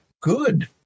good